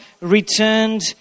returned